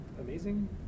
amazing